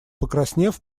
покраснев